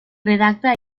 redacta